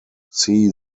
see